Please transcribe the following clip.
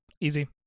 Easy